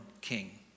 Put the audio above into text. king